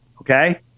okay